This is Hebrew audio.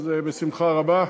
אז בשמחה רבה,